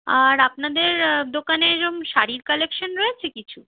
আর আপনাদের দোকানে এরম শাড়ীর কালেকশন রয়েছে কিছু